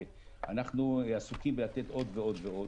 ואנחנו עסוקים בלתת עוד ועוד ועוד.